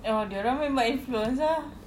oh dia orang memang influence ah